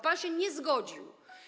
Pan się nie zgodził.